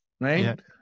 Right